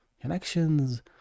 connections